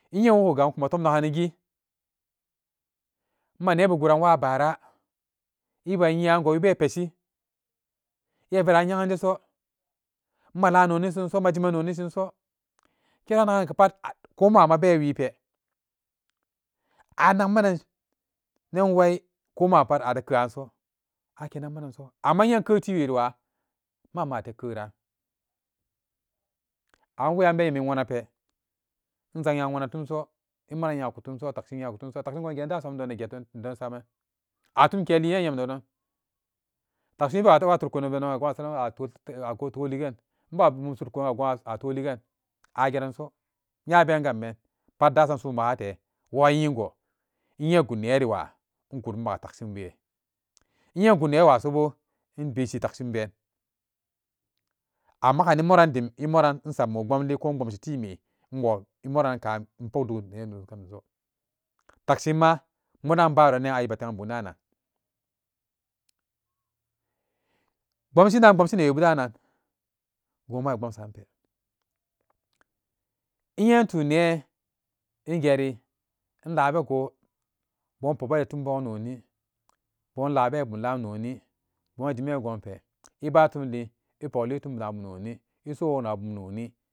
Inye inwukiga in kuma tom naganigi maa nebuuranwaa baara inbe nyiyago wibe peshiiya veran yeganjeso malan noni shiso majimannoni shinso kena nagan ga pat a koma'ama be wiipe anakmanan waikomapat ade ke'aso akenakmananso amma innye in keu tiwenwa ma'ama ate keranan weyan benni wonape inzannya wona tumso, e moran innyaku tum so takshin innyaku tumso, takshin ga geyemdaasamdo getedonsaman atumke liin anyem nedon takshi inbewa totowa tutku naben gon asaranan ako atoligen inbewa sutkungo gon atoligen ageranso nyaben gamben pat dasamsu magate wo anyiigo inye ingut neeriwa ingutmaga takshin be inye ingut newasobo inbishi takshin be a maganimoran dim e moran insammo bomli ko inbomshi time inwo e morankan in pok dugi nee noni kanumso takshinma modan baronnan wibe tagan bumdanan bomshin dan in bomshi neewebu danan goma a bomsan pe inye intunnee ingen inla begoo bo pok be timpogum noni bon labe bumlam noni bon jime gon pe e batumliin e poklitum da bum nonie sowokbum noni.